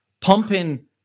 pumping